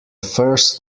first